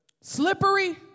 Slippery